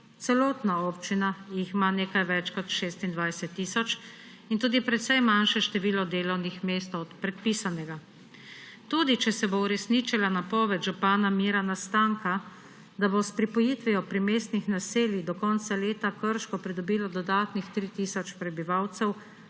celotna občina jih ima nekaj več kot 26 tisoč in tudi precej manjše število delovnih mest od predpisanega. Tudi če se bo uresničila napoved župana Mirana Stanka, da bo s pripojitvijo primestnih naselij do konca leta Krško pridobilo dodatnih 3 tisoč prebivalcev,